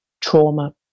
trauma